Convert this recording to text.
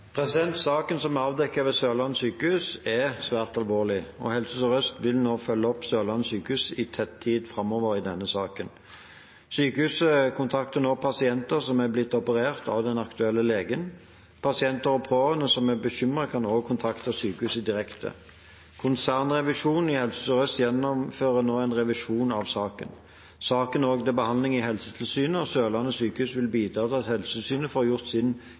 Saken som er avdekket ved Sørlandet sykehus, er svært alvorlig. Helse Sør-Øst vil følge opp Sørlandet sykehus tett i tiden framover i denne saken. Sykehuset kontakter nå pasienter som er blitt operert av den aktuelle legen. Pasienter og pårørende som er bekymret, kan også kontakte sykehuset direkte. Konsernrevisjonen i Helse Sør-Øst gjennomfører nå en revisjon av saken. Saken er også til behandling i Helsetilsynet, og Sørlandet sykehus vil bidra til at Helsetilsynet får gjort sin